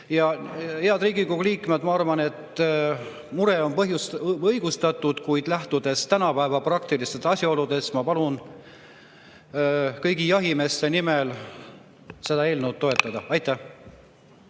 et, head Riigikogu liikmed, ma arvan, et mure on õigustatud, kuid lähtudes tänapäeva praktilistest asjaoludest, ma palun kõigi jahimeeste nimel seda eelnõu toetada. Aitäh!